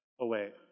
away